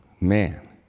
Man